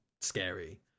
scary